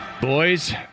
Boys